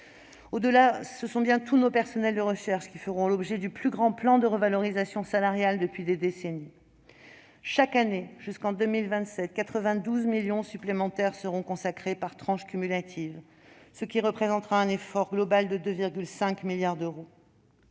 lancer. Ce sont bien tous nos personnels de recherche qui feront l'objet du plus grand plan de revalorisation salariale depuis des décennies. Chaque année jusqu'en 2027, 92 millions d'euros supplémentaires y seront consacrés par tranches cumulatives, ce qui représentera un effort global de 2,5 milliards d'euros.